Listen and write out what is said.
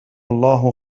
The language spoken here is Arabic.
الله